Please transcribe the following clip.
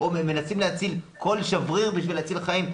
מנסים להציל כל שבריר כדי להציל חיים,